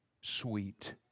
sweet